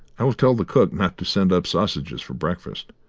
i will tell the cook not to send up sausages for breakfast.